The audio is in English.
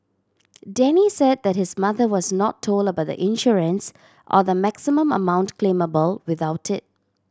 Denny said that his mother was not told about the insurance or the maximum amount claimable without it